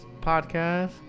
podcast